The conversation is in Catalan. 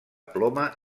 ploma